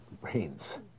brains